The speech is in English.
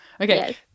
Okay